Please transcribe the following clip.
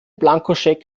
blankoscheck